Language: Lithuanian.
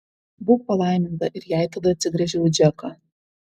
būk palaiminta ir jai tada atsigręžiau į džeką